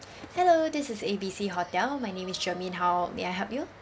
hello this is A B C hotel my name is germaine how may I help you